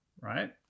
right